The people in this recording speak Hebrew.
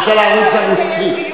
למשל הערוץ הרוסי.